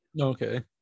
Okay